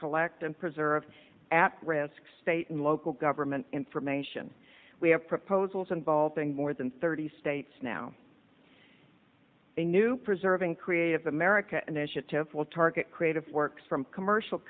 collect and preserve at risk state and local government information we have proposals involving more than thirty states now a new preserving creative america an initiative will target creative works from commercial